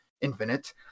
infinite